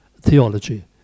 theology